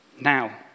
Now